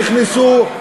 נכנסו,